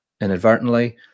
inadvertently